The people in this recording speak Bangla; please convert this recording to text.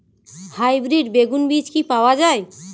হাইব্রিড বেগুন বীজ কি পাওয়া য়ায়?